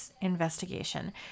investigation